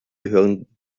gehören